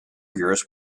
years